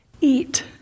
eat